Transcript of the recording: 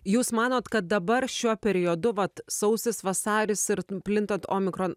jūs manot kad dabar šiuo periodu vat sausis vasaris ir plintant omikron